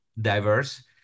diverse